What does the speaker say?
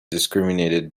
discriminated